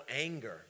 anger